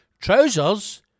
Trousers